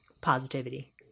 positivity